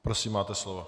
Prosím, máte slovo.